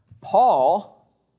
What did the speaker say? Paul